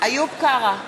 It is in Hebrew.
איוב קרא,